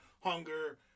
hunger